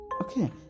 Okay